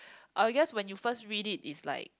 I guess when you first read it it's like